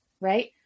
right